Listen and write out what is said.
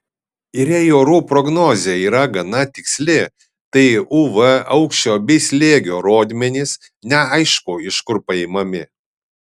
ir jei orų prognozė yra gana tiksli tai uv aukščio bei slėgio rodmenys neaišku iš kur paimami